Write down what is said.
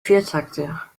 viertakter